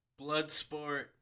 Bloodsport